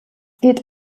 geht